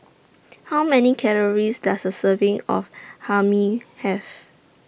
How Many Calories Does A Serving of Hae Mee Have